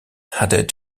added